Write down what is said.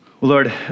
Lord